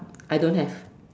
I don't have